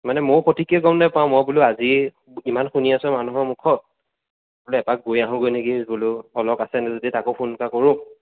মানে মইয়ো সঠিককৈ গম নাপাওঁ মই বোলো আজি ইমান শুনি আছো মানুহৰ মুখত বোলো এপাক গৈ আহোঁগৈ নেকি বোলো অলক আছে যদি তাকো ফোন এটা কৰো